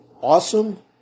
awesome